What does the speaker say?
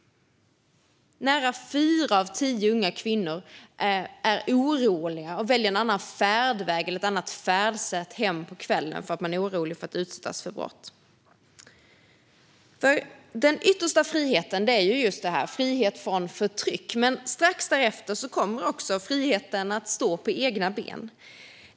Nära fyra av tio unga kvinnor är oroliga och väljer en annan färdväg eller ett annat färdsätt hem på kvällen eftersom de är oroliga för att utsättas för brott. Den yttersta friheten är just frihet från förtryck, men strax därefter kommer friheten att stå på egna ben.